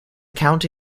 county